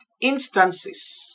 instances